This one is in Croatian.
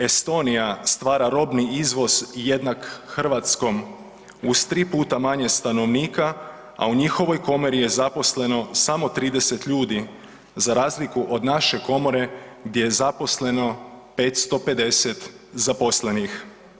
Estonija stvara robni izvoz jednak hrvatskom uz tri puta manje stanovnika, a u njihovoj komori je zaposleno samo 30 ljudi za razliku od naše komore gdje je zaposleno 550 zaposlenih.